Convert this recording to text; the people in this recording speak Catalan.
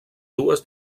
dues